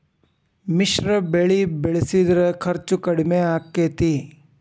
ಮಿಶ್ರ ಬೆಳಿ ಬೆಳಿಸಿದ್ರ ಖರ್ಚು ಕಡಮಿ ಆಕ್ಕೆತಿ?